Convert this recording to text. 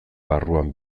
barruan